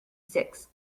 six